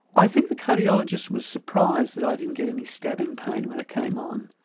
i think the cardiologist was surprised that i didn't get any stabbing pain when it came on.